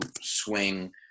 swing